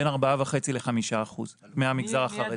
מהמגזר החרדי,